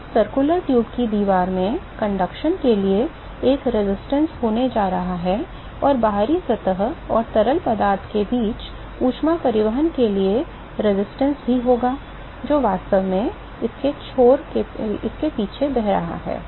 तो circular tube की दीवार में चालन के लिए एक प्रतिरोध होने जा रहा है और बाहरी सतह और तरल पदार्थ के बीच ऊष्मा परिवहन के लिए प्रतिरोध भी होगा जो वास्तव में इसके पीछे बह रहा है